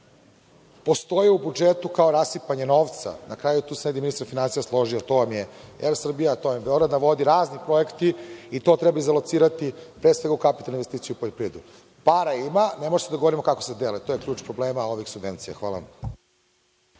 postoje u budžetu kao rasipanje novca. Na kraju je ministar finansija složio – to vam je Er Srbija, Beograd na vodi, razni projekti i to treba izalocirati, gde, u kapitalnu investiciju poljoprivrede. Para ima, ne možemo da se dogovorimo kako se dele. To je ključ problema ovih subvencija. Hvala.